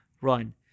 run